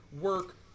work